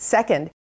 Second